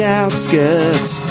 outskirts